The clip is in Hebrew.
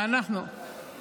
ואנחנו,